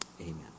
amen